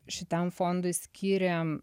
šitam fondui skyrė